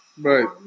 Right